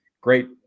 great